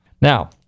Now